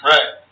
Right